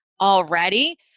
already